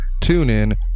TuneIn